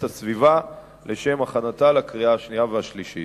הסביבה לשם הכנתה לקריאה שנייה ולקריאה שלישית.